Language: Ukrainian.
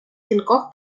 кількох